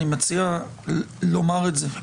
אני מציע לומר את זה.